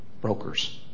brokers